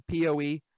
PoE